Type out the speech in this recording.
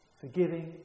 Forgiving